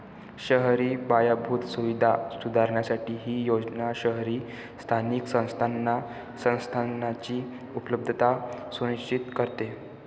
शहरी पायाभूत सुविधा सुधारण्यासाठी ही योजना शहरी स्थानिक संस्थांना संसाधनांची उपलब्धता सुनिश्चित करते